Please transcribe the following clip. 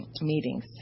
meetings